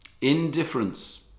indifference